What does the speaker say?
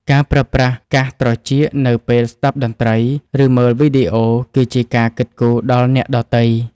ការប្រើប្រាស់កាសត្រចៀកនៅពេលស្តាប់តន្ត្រី ឬមើលវីដេអូ គឺជាការគិតគូរដល់អ្នកដទៃ។